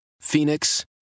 Phoenix